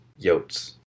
Yotes